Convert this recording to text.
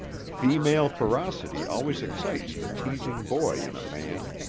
female ferocity always excites the teasing boy in a man.